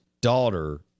daughter